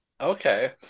Okay